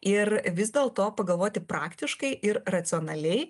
ir vis dėlto pagalvoti praktiškai ir racionaliai